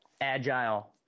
agile